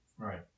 Right